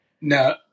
No